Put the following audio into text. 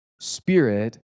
Spirit